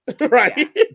right